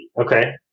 Okay